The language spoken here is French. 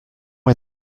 est